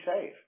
safe